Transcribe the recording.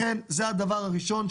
לכן זה הדבר הראשון,